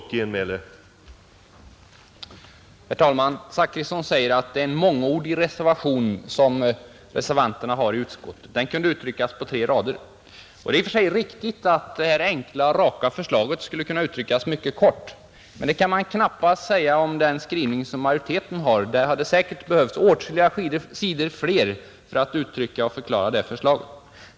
Herr talman! Herr Zachrisson säger att reservanterna i utskottet har lagt fram en mångordig reservation. Den kunde ha uttryckts på tre rader. Det är i och för sig riktigt att det här enkla och raka förslaget skulle kunna uttryckas mycket kort, men det kan man knappast säga om majoritetens skrivning. Det hade säkert behövts åtskilliga sidor till för att förklara det utomordentligt komplicerade majoritetsförslaget.